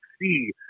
see